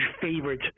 favorite